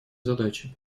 задачи